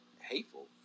hateful